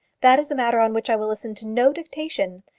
that is a matter on which i will listen to no dictation.